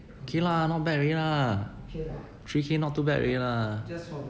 okay lah not bad already lah three K not too bad already lah